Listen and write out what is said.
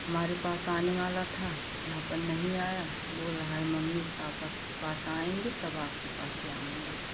हमारे पास आने वाला था यहाँ पर नहीं आया बोल रहा है मम्मी पापा पास आएँगे तब आपके पास ही आएँगे